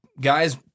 guys